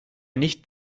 nicht